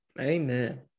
Amen